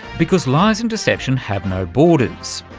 because lies and deception have no borders.